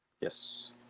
Yes